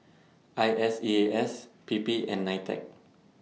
I S E A S P P and NITEC